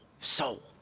soul